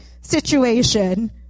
situation